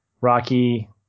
Rocky